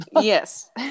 yes